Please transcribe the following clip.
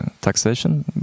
taxation